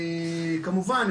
כמובן,